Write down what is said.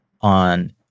on